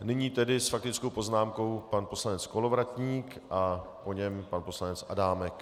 Nyní tedy s faktickou poznámkou pan poslanec Kolovratník a po něm pan poslanec Adámek.